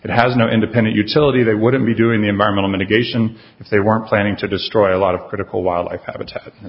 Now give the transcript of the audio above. it has no independent utility they wouldn't be doing the environmental mitigation if they weren't planning to destroy a lot of critical wildlife habitat